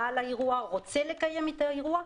בעל האירוע רוצה לקיים את האירוע.